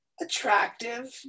attractive